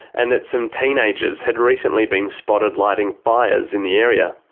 and that some teenagers had recently been spotted lighting fires in the area.